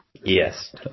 yes